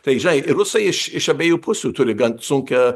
tai žinai ir rusai iš iš abiejų pusių turi gan sunkią